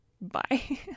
Bye